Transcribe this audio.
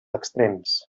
extrems